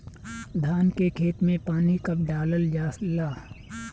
धान के खेत मे पानी कब डालल जा ला?